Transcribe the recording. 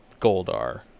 Goldar